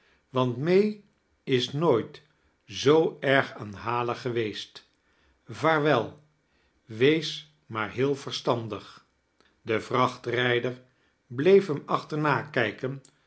want may is nooit zoo erg aanhalig geweest vaarwel wees maar heel verstandig de vrachtrijder bleef hem achterna kijken